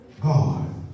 God